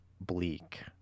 bleak